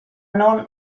non